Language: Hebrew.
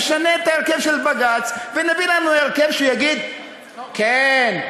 נשנה את ההרכב של בג"ץ ונביא לנו הרכב שיגיד: כן,